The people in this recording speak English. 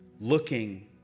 looking